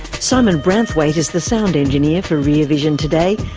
simon branthwaite is the sound engineer for rear vision today.